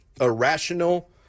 irrational